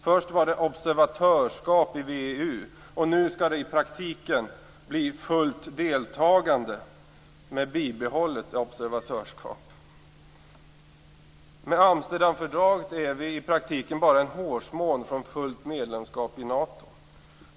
Först var det observatörsskap i VEU, och nu skall det i praktiken bli fullt deltagande med bibehållet observatörsskap. Med Amsterdamfördraget är vi i praktiken bara en hårsmån från fullt medlemskap i Nato.